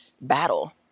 battle